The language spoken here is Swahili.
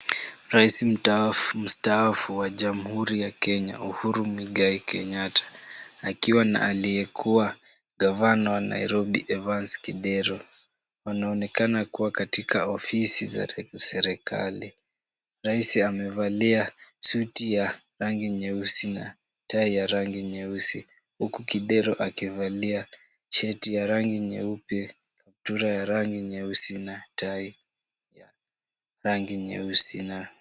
Rais mstaafu wa Jamhuri ya Kenya, Uhuru Muigai Kenyatta akiwa na aliyekuwa gavana wa Nairobi Evans Kidero. Wanaonekana kuwa katika ofisi za serikali. Rais amevalia suti ya rangi nyeusi na tai ya rangi nyeusi huku Kidero akivalia shati ya rangi nyeupe, kaptura ya rangi nyeusi na tai ya rangi nyeusi na.....